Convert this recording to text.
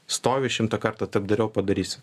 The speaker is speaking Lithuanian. stovi šimtą kartą taip dariau padarysiu